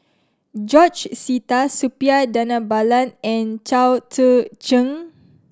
George Sita Suppiah Dhanabalan and Chao Tzee Cheng